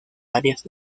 áreas